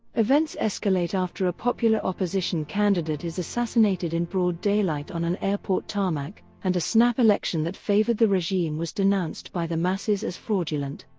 events escalate after a popular opposition candidate is assassinated in broad daylight on an airport tarmac, and a snap election that favored the regime was denounced by the masses as fraudulent.